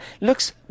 looks